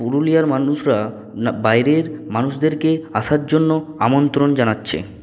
পুরুলিয়ার মানুষরা বাইরের মানুষদেরকে আসার জন্য আমন্ত্রণ জানাচ্ছে